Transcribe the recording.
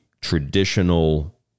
traditional